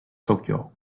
tokyo